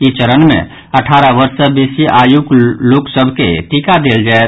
ई चरण मे अठारह वर्ष सँ बेसी आयुक सभ लोक के टीका देल जायत